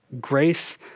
grace